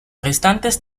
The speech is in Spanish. restantes